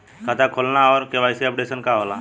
खाता खोलना और के.वाइ.सी अपडेशन का होला?